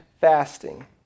fasting